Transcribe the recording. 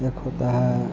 एक होती है